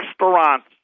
Restaurants